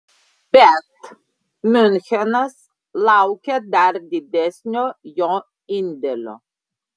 bet miunchenas laukia dar didesnio jo indėlio